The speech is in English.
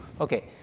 Okay